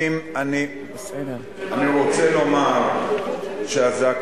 אני רוצה לומר שמי